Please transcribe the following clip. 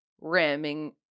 ramming